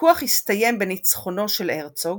הוויכוח הסתיים בניצחונו של הרצוג,